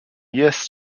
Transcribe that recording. jest